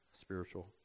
spiritual